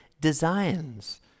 designs